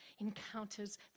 encounters